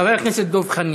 חבר הכנסת דב חנין.